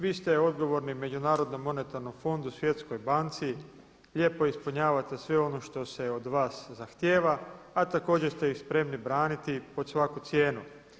Vi ste odgovorni Međunarodnom monetarnom fondu, Svjetskoj banci, lijepo ispunjavate sve ono što se od vas zahtjeva a također ste ih spremni braniti pod svaku cijenu.